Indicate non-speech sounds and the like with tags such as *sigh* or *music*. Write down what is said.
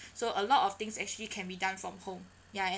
*breath* so a lot of things actually can be done from home ya I end